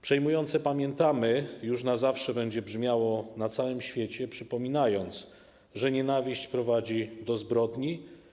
Przejmujące „Pamiętamy” już na zawsze będzie brzmiało na całym świecie, przypominając, że nienawiść prowadzi do zbrodni.